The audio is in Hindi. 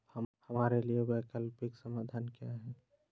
हमारे लिए वैकल्पिक समाधान क्या है?